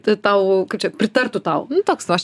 tau kaip čia pritartų tau toks aš